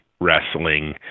wrestling